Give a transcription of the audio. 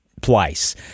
place